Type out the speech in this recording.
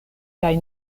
kaj